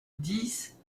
dix